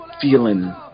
feeling